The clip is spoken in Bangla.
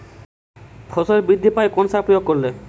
ফসল বৃদ্ধি পায় কোন কোন সার প্রয়োগ করলে?